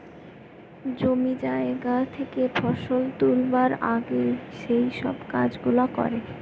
জমি জায়গা থেকে ফসল তুলবার আগে যেই সব কাজ গুলা করে